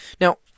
Now